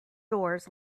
doors